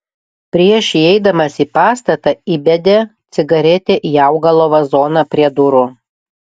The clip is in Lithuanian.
prieš įeidamas į pastatą įbedė cigaretę į augalo vazoną prie durų